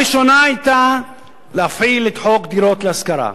הראשונה היתה להפעיל את חוק דירות להשכרה,